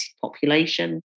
population